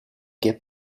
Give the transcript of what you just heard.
get